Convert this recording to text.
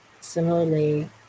similarly